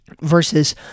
versus